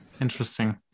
interesting